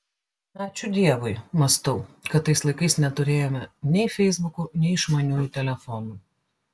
ačiū dievui mąstau kad tais laikais neturėjome nei feisbukų nei išmaniųjų telefonų